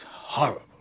horrible